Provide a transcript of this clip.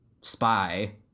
spy